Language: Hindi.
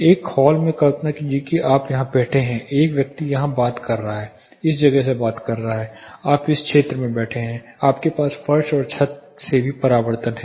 एक हॉल में कल्पना कीजिए कि आप यहां बैठे हैं एक व्यक्ति यहां बात कर रहा है इस जगह से बात कर रहा है आप इस क्षेत्र में बैठे हैं आपके पास फर्श और छत से भी परावर्तन हैं